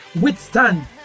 withstand